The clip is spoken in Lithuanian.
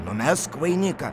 numesk vainiką